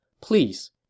Please